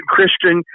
Christian